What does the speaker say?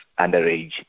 underage